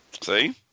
See